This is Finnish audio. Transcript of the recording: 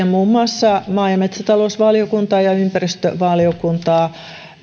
muun muassa maa ja metsätalousvaliokuntaa ja ympäristövaliokuntaa